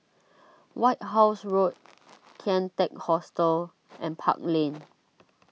White House Road Kian Teck Hostel and Park Lane